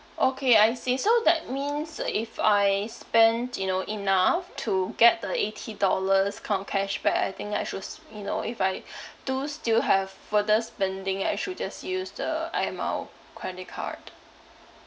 okay I see so that means uh if I spend you know enough to get the eighty dollars kind of cashback I think I should s~ you know if I do still have further spending I should just use the air mile credit card